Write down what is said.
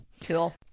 Cool